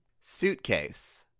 Suitcase